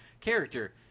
character